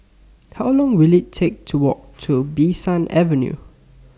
How Long Will IT Take to Walk to Bee San Avenue